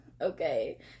Okay